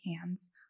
hands